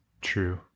True